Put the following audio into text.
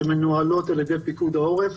שמנוהלות על ידי פיקוד העורף.